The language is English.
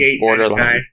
borderline